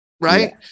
right